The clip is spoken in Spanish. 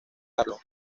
carlo